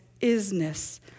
isness